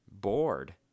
bored